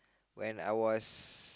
when I was